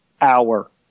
hour